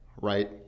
right